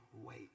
wait